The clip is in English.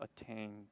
attained